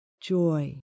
joy